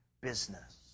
business